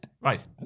Right